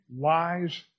lies